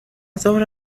زهره